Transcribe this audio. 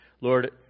Lord